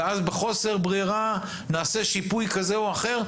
ומחוסר ברירה נעשה שיפוי כזה או אחר,